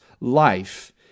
life